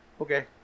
okay